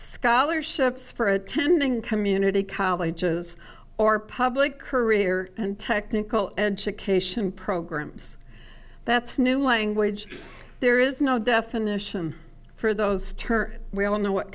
scholarships for attending community colleges or public career and technical education programs that's new language there is no definition for those ter we all know what